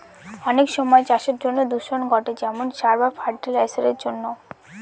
অনেক সময় চাষের জন্য দূষণ ঘটে যেমন সার বা ফার্টি লাইসারের জন্য